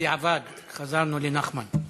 בדיעבד חזרו לנחמן.